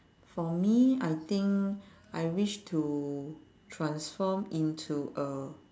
for me I think I wish to transform into a